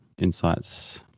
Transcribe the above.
insights